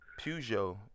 Peugeot